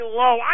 low